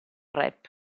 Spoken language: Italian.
rap